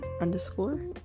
underscore